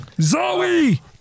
Zoe